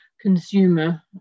consumer